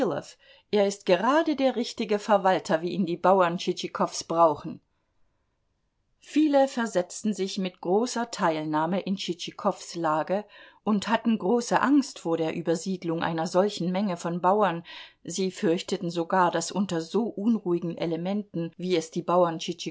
er ist gerade der richtige verwalter wie ihn die bauern tschitschikows brauchen viele versetzten sich mit großer teilnahme in tschitschikows lage und hatten große angst vor der übersiedlung einer solchen menge von bauern sie fürchteten sogar daß unter so unruhigen elementen wie es die bauern